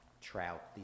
Trout